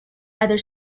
either